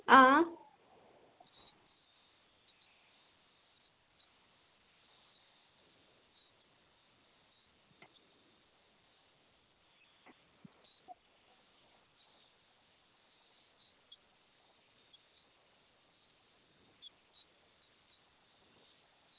आं